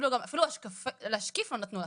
אפילו להשקיף לא נתנו לכם.